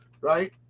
right